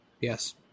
Yes